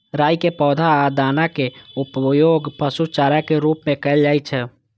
राइ के पौधा आ दानाक उपयोग पशु चारा के रूप मे कैल जाइ छै